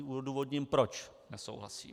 Odůvodním, proč nesouhlasím.